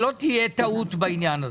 שלא תהיה טעות בעניין הזה.